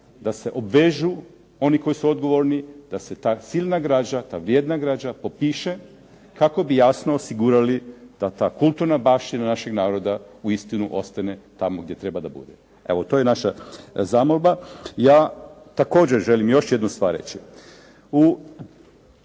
da se obvežu oni koji su odgovorni, da se ta silna građa, ta vrijedna građa popiše kao bi jasno osigurali da ta kulturna baština našeg naroda uistinu ostane tamo gdje treba da bude. Evo to je naša zamolba. Ja također želim još jednu stvar reći.